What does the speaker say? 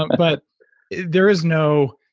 um but there's no,